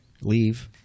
Leave